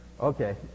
Okay